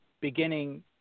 beginning